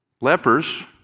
lepers